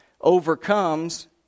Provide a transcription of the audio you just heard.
...overcomes